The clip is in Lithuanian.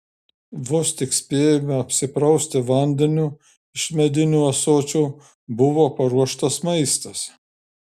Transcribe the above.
vos tik spėjome apsiprausti vandeniu iš medinių ąsočių buvo paruoštas maistas